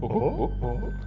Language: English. oh